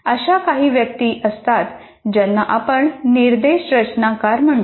अशा काही व्यक्ती असतात ज्यांना आपण निर्देश रचनाकार म्हणतो